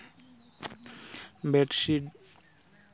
bed sheet